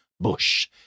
bush